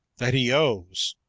that he owes,